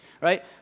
right